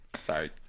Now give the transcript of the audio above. Sorry